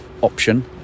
option